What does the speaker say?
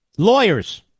Lawyers